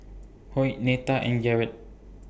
Hoyt Netta and Garret